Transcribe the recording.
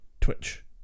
twitch